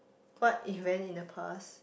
what it meant in the past